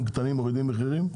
המקומות הקטנים מורידים מחירים?